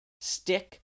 Stick